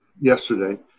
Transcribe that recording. yesterday